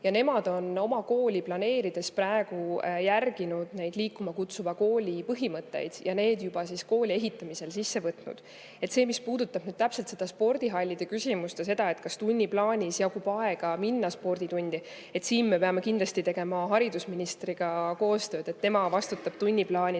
Nemad on oma kooli planeerides praegu järginud neid "Liikuma kutsuva kooli" põhimõtteid ja neid juba kooli ehitamisel arvestanud. Mis puudutab nüüd konkreetset spordihallide küsimust ja seda, kas tunniplaanis jagub aega minna sporditundi, siin me peame kindlasti tegema haridusministriga koostööd. Tema vastutab tunniplaanide